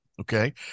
Okay